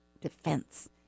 defense